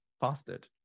fasted